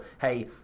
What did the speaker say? hey